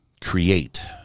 create